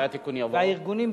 והארגונים,